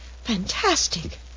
Fantastic